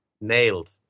nailed